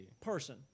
person